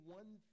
one